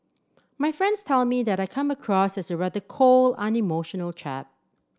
my friends tell me that I come across as a rather cold unemotional chap